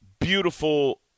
beautiful